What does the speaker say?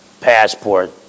passport